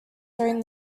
during